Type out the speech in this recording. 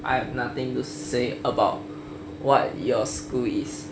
I have nothing to say about what your school is